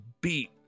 beat